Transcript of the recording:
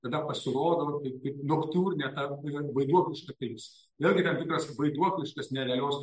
tada pasirodo kaip noktiurne ta vaiduokliška pilis vėlgi tam tikras vaiduokliškas nerealios